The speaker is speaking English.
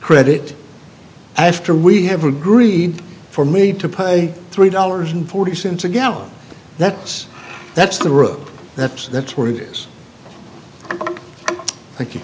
credit after we have agreed for me to pay three dollars and forty cents a gallon that's that's the group that's that's where it is